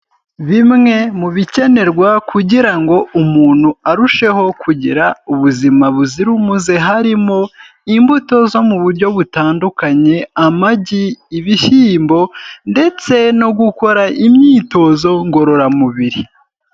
Bimwe mu bikenerwa kugira ngo umuntu arusheho kugira ubuzima buzira umuze, harimo imbuto zo mu buryo butandukanye, amagi, ibishyimbo ndetse no gukora imyitozo ngororamubiri.